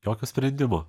jokio sprendimo